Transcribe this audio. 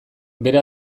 bere